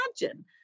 imagine